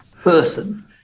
person